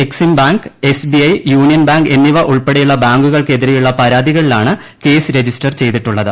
Exim bank S B I Union bank എന്നിവ ഉൾപ്പെടെയുള്ള ബാങ്കുകൾക്ക് എതിരെയുള്ള പരാതികളിലാണ് കേസ് രജിസ്റ്റർ ചെയ്തിട്ടുള്ളത്